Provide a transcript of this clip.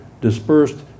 dispersed